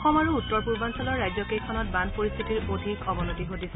অসম আৰু উত্তৰ পূৰ্বাঞ্চলৰ ৰাজ্যকেইখনত বান পৰিস্থিতিৰ অধিক অৱনতি ঘটিছে